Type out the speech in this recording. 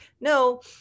no